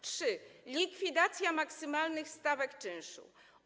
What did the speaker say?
Trzy, likwidacja maksymalnych stawek czynszu.